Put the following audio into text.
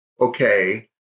Okay